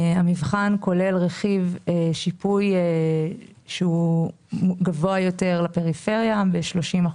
המבחן כולל רכיב שיפוי שהוא גבוה יותר לפריפריה ב-30%.